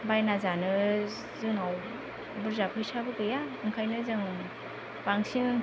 बायना जानो जोंनाव बुरजा फैसाबो गैया ओंखायनो जों बांसिन